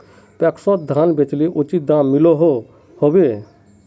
पैक्सोत धानेर बेचले उचित दाम मिलोहो होबे?